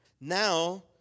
Now